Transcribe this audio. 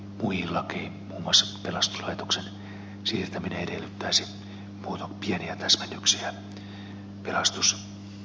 muun muassa pelastuslaitoksen siirtäminen edellyttäisi pieniä täsmennyksiä pelastuslakiin